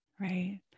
Right